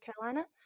Carolina